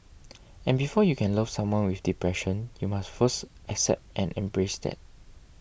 and before you can love someone with depression you must first accept and embrace that